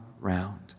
round